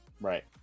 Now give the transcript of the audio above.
right